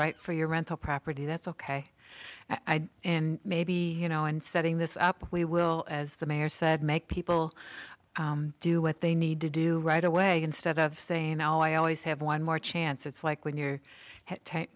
right for your rental property that's ok i do and maybe you know in setting this up we will as the mayor said make people do what they need to do right away instead of saying oh i always have one more chance it's like when you're